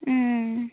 ᱩᱸᱻ